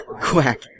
Quack